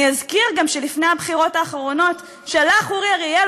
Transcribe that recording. אני אזכיר גם שלפני הבחירות האחרונות שלח אורי אריאל,